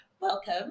Welcome